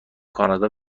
کانادا